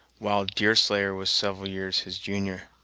while deerslayer was several years his junior.